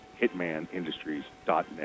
Hitmanindustries.net